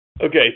Okay